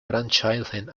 grandchildren